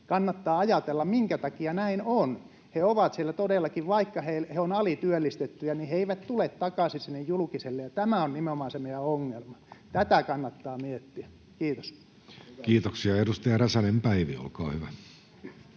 kannattaa ajatella, minkä takia näin on. He ovat siellä todellakin. Vaikka he ovat alityöllistettyjä, niin he eivät tule takaisin julkiselle, ja tämä on nimenomaan se meidän ongelma. Tätä kannattaa miettiä. — Kiitos. Kiitoksia. — Edustaja Räsänen, Päivi, olkaa hyvä.